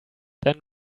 then